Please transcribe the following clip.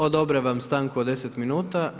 Odobravam stanku od 10 minuta.